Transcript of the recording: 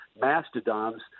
mastodons